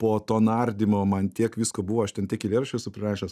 po to nardymo man tiek visko buvo aš ten tiek eilėraščių esu prirašęs